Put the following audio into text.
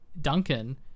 Duncan